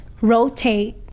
rotate